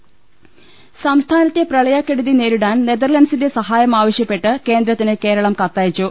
ൾ ൽ ൾ സംസ്ഥാനത്തെ പ്രളയക്കെടുതി നേരിടാൻ നെതർലൻസിന്റെ സഹായം ആവശ്യപ്പെട്ട് കേന്ദ്രത്തിന് കേരളം കത്തയച്ചു